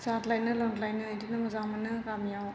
जाद्लायनो लोंद्लायनो बेदिनो मोजां मोनो गामियाव